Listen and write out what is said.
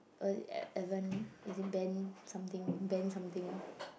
uh Evan is it Ben something Ben something ah